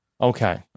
okay